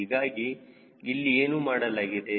ಹೀಗಾಗಿ ಇಲ್ಲಿ ಏನು ಮಾಡಲಾಗಿದೆ